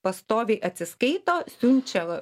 pastoviai atsiskaito siunčia